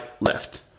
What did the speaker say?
left